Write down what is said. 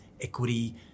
equity